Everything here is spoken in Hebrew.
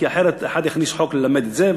כי אחרת אחד יכניס חוק ללמד את זה,